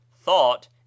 thought